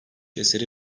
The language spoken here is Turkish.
eseri